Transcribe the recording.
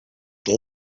que